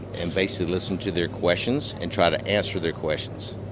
and basically listen to their questions and try to answer their questions,